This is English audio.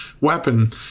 weapon